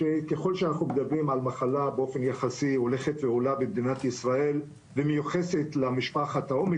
שהם עובדים בזה ושזה לא נזנח גם לאור הדיונים